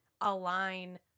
align